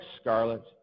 scarlet